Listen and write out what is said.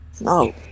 no